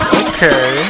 okay